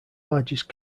largest